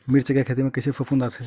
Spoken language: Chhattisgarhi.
मिर्च के खेती म कइसे फफूंद आथे?